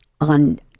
on